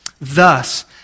Thus